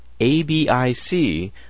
abic